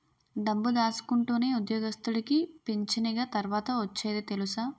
డబ్బు దాసుకుంటేనే ఉద్యోగస్తుడికి పింఛనిగ తర్వాత ఒచ్చేది తెలుసా